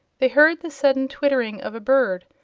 they heard the sudden twittering of a bird,